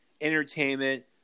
entertainment